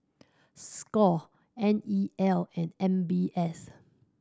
score N E L and M B S